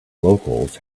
locals